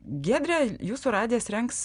giedre jūsų radijas rengs